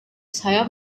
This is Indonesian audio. saya